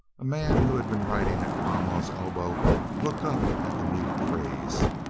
a man who had been writing at cromwell's el bow looked up at the neat phrase.